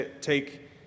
take